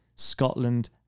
Scotland